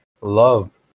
love